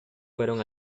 fueron